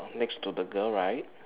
next to the girl right